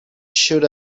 should